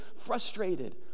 frustrated